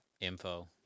info